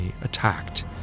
attacked